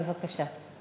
בבקשה.